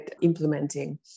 implementing